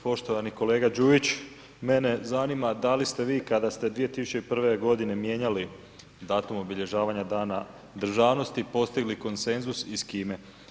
Poštovani kolega Đujić, mene zanima da li ste vi kada ste 2001. godine mijenjali datum obilježavanja Dana državnosti postigli konsenzus i s kime?